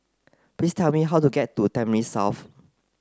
please tell me how to get to Tampines South